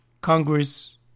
Congress